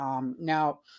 Now